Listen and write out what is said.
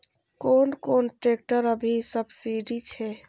कोन कोन ट्रेक्टर अभी सब्सीडी छै?